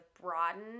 broaden